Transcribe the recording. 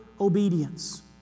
obedience